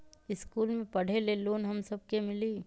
इश्कुल मे पढे ले लोन हम सब के मिली?